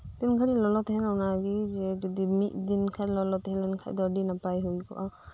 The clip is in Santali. ᱛᱤᱱ ᱜᱷᱟᱲᱤᱡ ᱞᱚᱞᱚ ᱛᱟᱦᱮᱱᱟ ᱚᱱᱟᱜᱮ ᱡᱮ ᱡᱩᱫᱤ ᱢᱤᱫ ᱫᱤᱱ ᱠᱷᱟᱱ ᱞᱚᱞᱚ ᱛᱟᱦᱮᱸ ᱞᱮᱱ ᱠᱷᱟᱱ ᱫᱚ ᱟᱰᱤ ᱱᱟᱯᱟᱭ ᱦᱳᱭ ᱠᱚᱜᱼᱟ